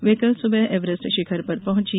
वे कल सुबह एवरेस्ट शिखर पर पहुंची